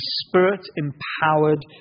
spirit-empowered